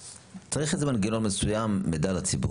בסדר, זה מנגנון שאפשר לשקול